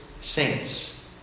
saints